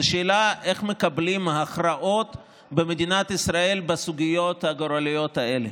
זאת שאלה איך מקבלים במדינת ישראל הכרעות בסוגיות הגורליות האלה.